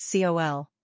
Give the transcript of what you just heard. COL